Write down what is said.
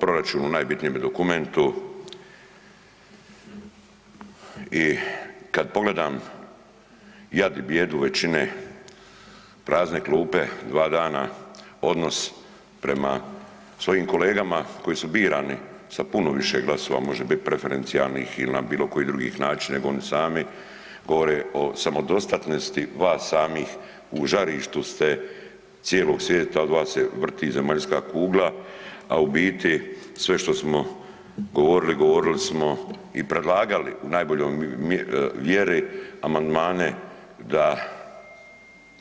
proračunu najbitnijem dokumentu i kad pogledam jad i bijedu većine, prazne klupe dva dana, odnos prema svojim kolegama koji su birani sa puno više glasova može biti preferencijalni il na bilo koji drugi način nego oni sami govore o samodostatnosti vas samih, u žarištu ste cijelog svijeta, od vas se vrti zemaljska kugla, a u biti sve što smo govorili, govorili smo i predlagati u najboljoj vjeri amandmane da